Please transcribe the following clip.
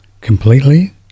completely